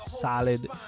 solid